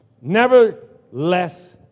Nevertheless